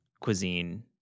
cuisine